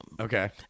Okay